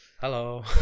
hello